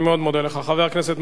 חבר הכנסת מנחם מוזס, בבקשה.